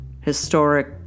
historic